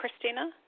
Christina